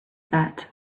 that